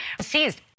seized